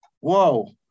Whoa